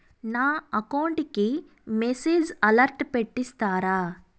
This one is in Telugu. నా అకౌంట్ కి మెసేజ్ అలర్ట్ పెట్టిస్తారా